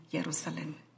Jerusalem